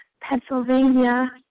Pennsylvania